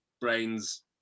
brains